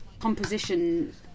Composition